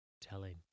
Telling